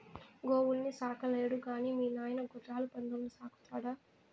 గోవుల్ని సాకలేడు గాని మీ నాయన గుర్రాలు పందుల్ని సాకుతాడా